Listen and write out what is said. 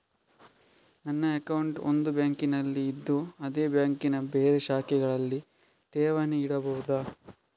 ನನ್ನ ಅಕೌಂಟ್ ಒಂದು ಬ್ಯಾಂಕಿನಲ್ಲಿ ಇದ್ದು ಅದೇ ಬ್ಯಾಂಕಿನ ಬೇರೆ ಶಾಖೆಗಳಲ್ಲಿ ಠೇವಣಿ ಇಡಬಹುದಾ?